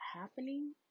happening